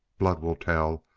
blood will tell.